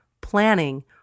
planning